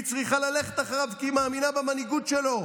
והיא צריכה ללכת אחריו כי היא מאמינה במנהיגות שלו?